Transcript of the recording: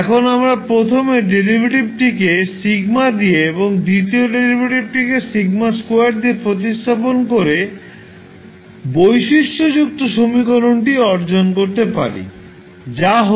এখন আমরা প্রথম ডেরিভেটিভকে σ দিয়ে এবং দ্বিতীয় ডেরিভেটিভকে σ2 দিয়ে প্রতিস্থাপন করে বৈশিষ্ট্যযুক্ত সমীকরণটি অর্জন করতে পারি যা হল